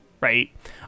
right